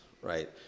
right